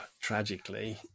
tragically